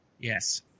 Yes